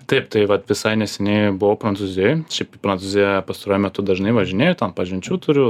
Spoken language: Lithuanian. taip tai vat visai neseniai buvau prancūzijoj šiaip į prancūziją pastaruoju metu dažnai važinėju ten pažinčių turiu